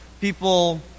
People